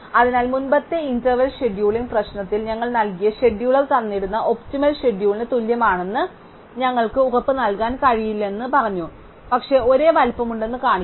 അതിനാൽ മുമ്പത്തെ interval scheduling പ്രശ്നത്തിൽ ഞങ്ങൾ നൽകിയ ഷെഡ്യൂൾ തന്നിരിക്കുന്ന ഒപ്റ്റിമൽ ഷെഡ്യൂളിന് തുല്യമാണെന്ന് ഞങ്ങൾക്ക് ഉറപ്പ് നൽകാൻ കഴിയില്ലെന്ന് ഞങ്ങൾ പറഞ്ഞു പക്ഷേ ഒരേ വലുപ്പമുണ്ടെന്ന് ഞങ്ങൾ കാണിക്കും